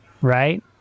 right